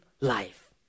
life